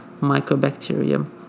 Mycobacterium